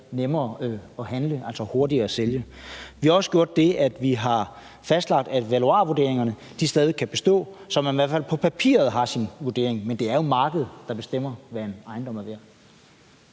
nemmere at handle, altså hurtigere at sælge. Vi har også gjort det, at vi har fastlagt, at valuarvurderingerne stadig væk kan bestå, så man i hvert fald på papiret har sin vurdering; men det er jo markedet, der bestemmer, hvad en ejendom er værd.